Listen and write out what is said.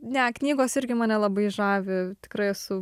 ne knygos irgi mane labai žavi tikrai esu